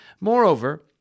Moreover